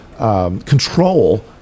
Control